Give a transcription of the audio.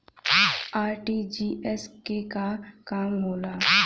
RTGS के का काम होला?